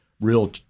real